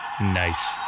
Nice